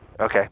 Okay